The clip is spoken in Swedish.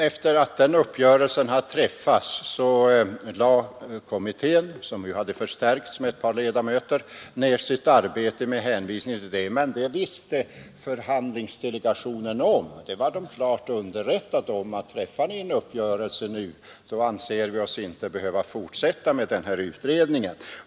Efter att denna uppgörelse hade träffats lade kommittén, som förstärkts med ett par ledamöter från arbetsmarknadens parter, ner sitt arbete med hänvisning till uppgörelsen. Men detta visste förhandlingsdelegationen om. Det hette då: Träffar ni en uppgörelse nu, anser vi oss inte behöva fortsätta med utredningen.